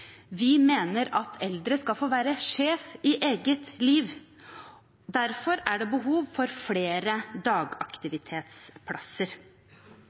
Vi mener at eldre skal få være sjef i eget liv. Derfor er det behov for flere dagaktivitetsplasser.